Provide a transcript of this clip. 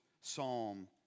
Psalm